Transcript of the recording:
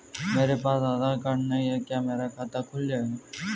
मेरे पास आधार कार्ड नहीं है क्या मेरा खाता खुल जाएगा?